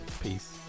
Peace